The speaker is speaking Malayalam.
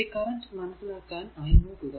ഈ കറന്റ് മനസ്സിലാക്കാൻ ആയി നോക്കുക